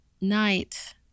Night